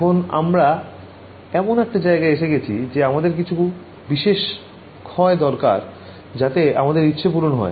এখন আমরা এমন একটা জায়গায় এসে গেছি যে আমার কিছু বিশেষ ক্ষয় দরকার যাতে আমাদের ইচ্ছে পূরণ হয়